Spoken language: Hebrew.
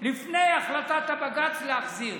לפני החלטת הבג"ץ.